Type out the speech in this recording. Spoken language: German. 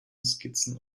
skizzen